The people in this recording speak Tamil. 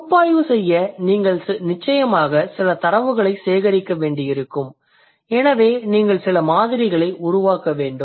பகுப்பாய்வு செய்ய நீங்கள் நிச்சயமாக சில தரவுகளை சேகரிக்க வேண்டியிருக்கும் எனவே நீங்கள் சில மாதிரிகளை உருவாக்க வேண்டும்